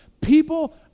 People